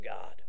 God